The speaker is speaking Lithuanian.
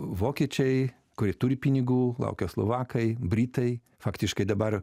vokiečiai kurie turi pinigų laukia slovakai britai faktiškai dabar